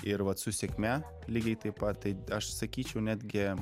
ir vat su sėkme lygiai taip pat tai aš sakyčiau netgi